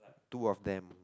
two of them